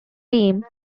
team